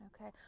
Okay